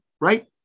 right